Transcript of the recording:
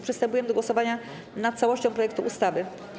Przystępujemy do głosowania nad całością projektu ustawy.